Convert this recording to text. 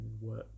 work